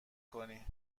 کنی